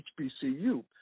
HBCU